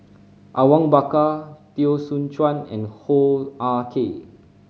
Awang Bakar Teo Soon Chuan and Hoo Ah Kay